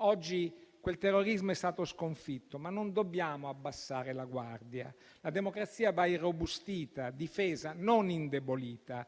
Oggi quel terrorismo è stato sconfitto, ma non dobbiamo abbassare la guardia. La democrazia va irrobustita e difesa, non indebolita,